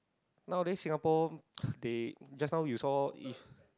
nowadays Singapore they just now you saw if